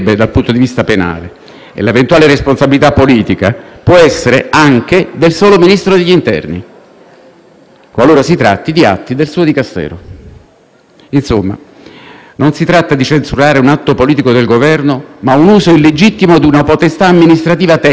qualora si tratti di atti del suo Dicastero. Insomma, non si tratta di censurare un atto politico del Governo, ma un uso illegittimo di una potestà amministrativa tecnica, delegata peraltro dalla struttura competente del Ministero delle infrastrutture